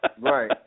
Right